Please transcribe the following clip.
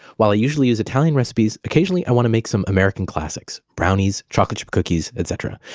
while i usually use italian recipes, occasionally i want to make some american classics, brownies chocolate chip cookies, et cetera.